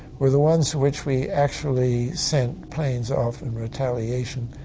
were the ones which we actually sent planes off in retaliation.